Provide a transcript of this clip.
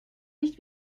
nicht